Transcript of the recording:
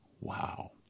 Wow